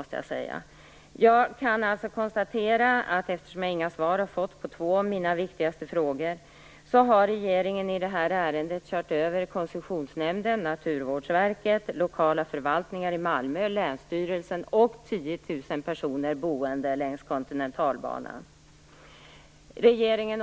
Eftersom jag inte har fått svar på två av mina viktigaste frågor har regeringen i detta ärende kört över Regeringen